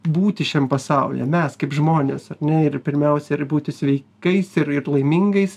būti šiam pasaulyje mes kaip žmonės ar ne ir pirmiausia ir būti sveikais ir laimingais